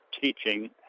teaching